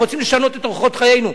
רוצים לשנות את אורחות חיינו.